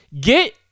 Get